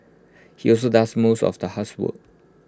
he also does most of the housework